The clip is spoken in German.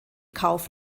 kauf